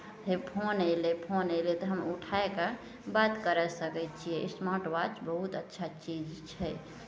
हे फोन अयलै फोन अयलै तऽ हम उठाए कऽ बात करि सकै छियै स्मार्ट वाच बहुत अच्छा चीज छै